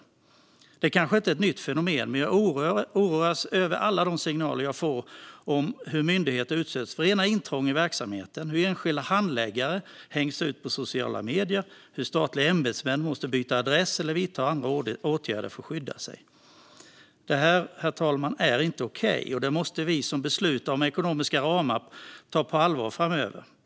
Detta är kanske inte ett nytt fenomen, men jag oroas över alla de signaler som jag får om hur myndigheter utsätts för rena intrång i verksamheten, hur enskilda handläggare hängs ut på sociala medier och hur statliga ämbetsmän måste byta adress eller vidta andra åtgärder för att skydda sig. Herr talman! Detta är inte okej, och det måste vi som beslutar om ekonomiska ramar ta på allvar framöver.